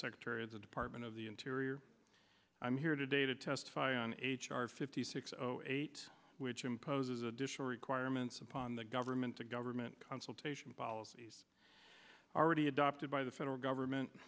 secretary of the department of the interior i'm here today to testify on h r fifty six eight which imposes additional requirements upon the government to government consultation policies already adopted by the federal government